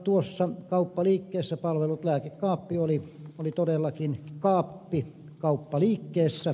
tuossa kauppaliikkeessä palvellut lääkekaappi oli todellakin kaappi kauppaliikkeessä